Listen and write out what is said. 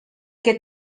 que